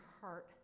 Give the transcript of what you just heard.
heart